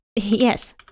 Yes